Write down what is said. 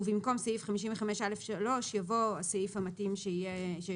ובמקום "סעיף 55א3" יבוא" הסעיף המתאים שימוספר,